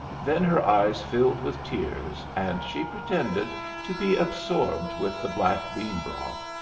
then her eyes filled with tears, and she pretended to be absorbed with the black-bean broth,